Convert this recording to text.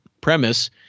premise